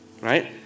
right